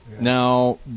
Now